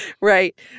right